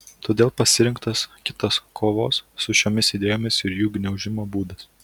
todėl pasirinktas kitas kovos su šiomis idėjomis ir jų gniaužimo būdas